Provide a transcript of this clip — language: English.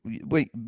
wait